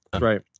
Right